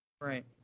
Right